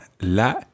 la